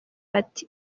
bati